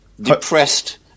depressed